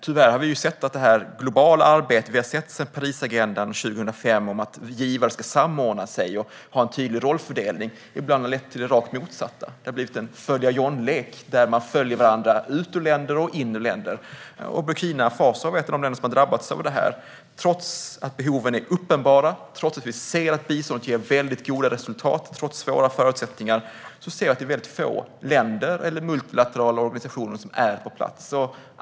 Tyvärr har vi sett att det globala arbetet sedan Parisagendan 2005 om att givare ska samordna sig och ha en tydlig rollfördelning ibland har lett till det rakt motsatta. Det har blivit en följa-John-lek där man följer varandra ut ur länder och in i länder, och Burkina Faso är ett av de länder som har drabbats av det. Trots att behoven är uppenbara och trots att vi ser att biståndet ger väldigt goda resultat trots svåra förutsättningar är det väldigt få länder eller multilaterala organisationer som är på plats.